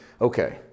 Okay